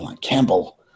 Campbell